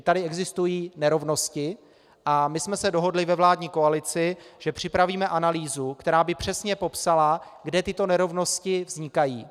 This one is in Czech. Čili tady existují nerovnosti a my jsme se ve vládní koalici dohodli, že připravíme analýzu, která by přesně popsala, kde tyto nerovnosti vznikají.